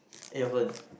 eh your turn